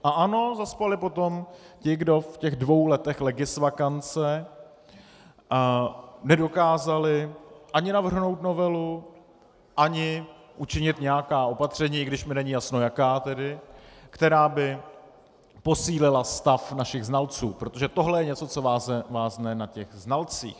A ano, zaspali potom ti, kdo v těch dvou letech legisvakance nedokázali ani navrhnout novelu ani učinit nějaká opatření, i když mi tedy není jasné jaká, která by posílila stav našich znalců, protože tohle je něco, co vázne na těch znalcích.